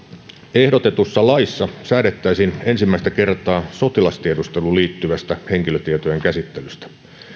ehdotetussa laissa säädettäisiin ensimmäistä kertaa sotilastiedusteluun liittyvästä henkilötietojen käsittelystä